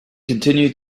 continued